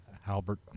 Halbert